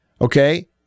Okay